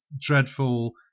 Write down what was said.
dreadful